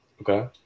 Okay